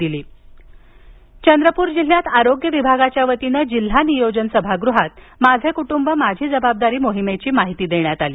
जिल्हाधिकारी चंद्रपर चंद्रपूर जिल्ह्यात आरोग्य विभागाच्या वतीने जिल्हा नियोजन सभागृहात माझे कुटूंब माझी जबाबदारी मोहीमेची माहिती देण्यात आली